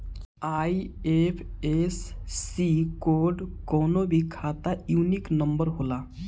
IFSC code कवनो भी खाता यूनिक नंबर होला